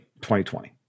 2020